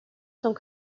sont